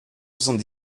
soixante